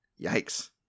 Yikes